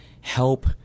help